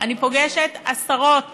אני פוגשת עשרות